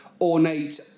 ornate